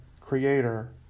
Creator